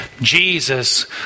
Jesus